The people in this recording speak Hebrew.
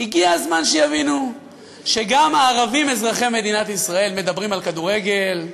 הגיע הזמן שיבינו שגם הערבים אזרחי מדינת ישראל מדברים על כדורגל,